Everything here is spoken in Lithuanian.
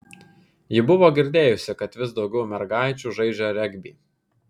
ji buvo girdėjusi kad vis daugiau mergaičių žaidžią regbį